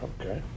Okay